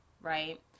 right